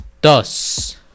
thus